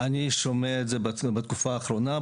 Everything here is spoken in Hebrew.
אני שומע את זה בתקופה האחרונה,